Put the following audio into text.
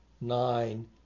nine